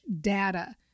data